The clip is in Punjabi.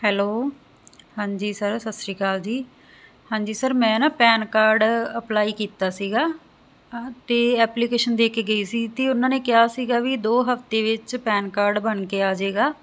ਹੈਲੋ ਹਾਂਜੀ ਸਰ ਸੱਸਰੀਕਾਲ ਜੀ ਹਾਂਜੀ ਸਰ ਮੈਂ ਨਾ ਪੈਨ ਕਾਰਡ ਅਪਲਾਈ ਕੀਤਾ ਸੀਗਾ ਤੇ ਐਪਲੀਕੇਸ਼ਨ ਦੇ ਕੇ ਗਈ ਸੀ ਤੇ ਉਹਨਾਂ ਨੇ ਕਿਹਾ ਸੀਗਾ ਵੀ ਦੋ ਹਫਤੇ ਵਿੱਚ ਪੈਨ ਕਾਰਡ ਬਣ ਕੇ ਆਜੇਗਾ